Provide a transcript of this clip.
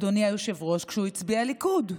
אדוני היושב-ראש, כשהוא הצביע ליכוד.